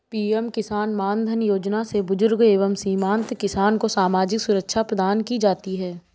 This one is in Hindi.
पीएम किसान मानधन योजना से बुजुर्ग एवं सीमांत किसान को सामाजिक सुरक्षा प्रदान की जाती है